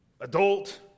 adult